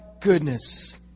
goodness